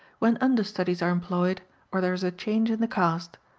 when understudies are employed or there is a change in the cast,